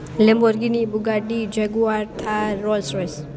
Lamborghini Bugatti jaguar Thar Rolls-Royce